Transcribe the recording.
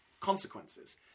consequences